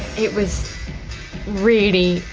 it was really,